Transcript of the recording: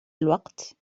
الوقت